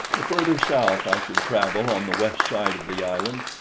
the further south i should travel on the west side of the island,